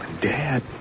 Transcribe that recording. dad